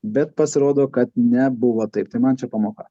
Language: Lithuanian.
bet pasirodo kad nebuvo taip tai man čia pamoka